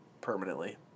permanently